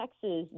Texas